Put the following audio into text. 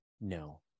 No